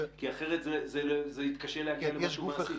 אחרת זה יתקשה להגיע למשהו מעשי.